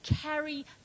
carry